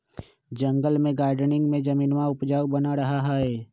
जंगल में गार्डनिंग में जमीनवा उपजाऊ बन रहा हई